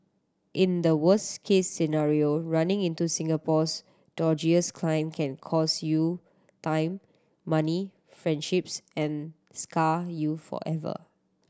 in the worst case scenario running into Singapore's dodgiest client can cost you time money friendships and scar you forever